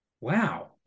wow